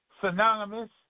synonymous